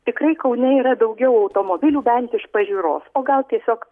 tikrai kaune yra daugiau automobilių bent iš pažiūros o gal tiesiog